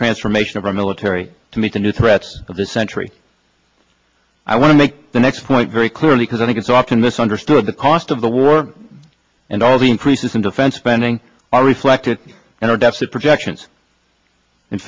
transformation of our military to meet the new threats of this century i want to make the next point very clearly because i think it's often this understood the cost of the war and all the increases in defense spending are reflected in our deficit projections in